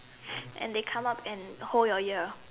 and they come out and hold your ear